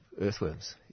earthworms